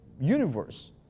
universe